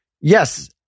yes